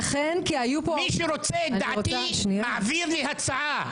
מי שרוצה את דעתי, מעביר לי הצעה.